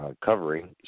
covering